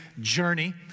journey